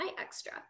extra